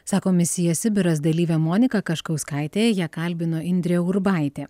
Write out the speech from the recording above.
sako misija sibiras dalyvė monika kaškauskaitė ją kalbino indrė urbaitė